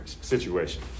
Situation